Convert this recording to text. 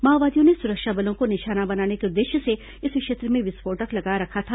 माओवादियों ने सुरक्षा बलों को निशाना बनाने के उद्देश्य से इस क्षेत्र में विस्फोटक लगा रखा था